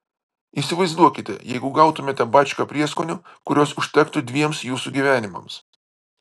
įsivaizduokite jeigu gautumėte bačką prieskonių kurios užtektų dviem jūsų gyvenimams